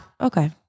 Okay